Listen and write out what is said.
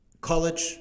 college